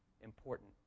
important